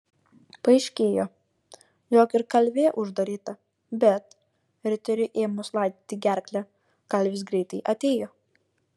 paaiškėjo jog ir kalvė uždaryta bet riteriui ėmus laidyti gerklę kalvis greitai atėjo